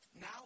now